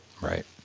Right